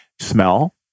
smell